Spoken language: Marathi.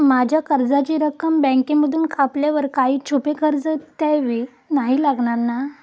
माझ्या कर्जाची रक्कम बँकेमधून कापल्यावर काही छुपे खर्च द्यावे नाही लागणार ना?